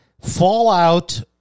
Fallout